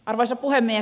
arvoisa puhemies